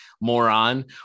moron